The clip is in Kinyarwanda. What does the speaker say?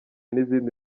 n’izindi